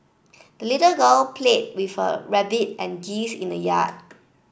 the little girl played with her rabbit and geese in the yard